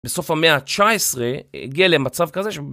בסוף המאה ה-19, הגיע למצב כזה ש...